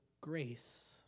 grace